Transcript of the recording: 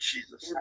Jesus